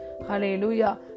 Hallelujah